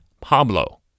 Pablo